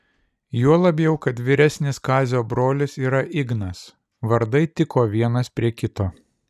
juo labiau kad vyresnis kazio brolis yra ignas vardai tiko vienas prie kito